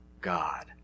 God